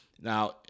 now